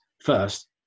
first